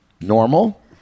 Normal